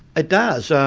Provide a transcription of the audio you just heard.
ah does. yeah